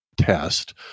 test